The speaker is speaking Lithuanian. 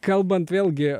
kalbant vėlgi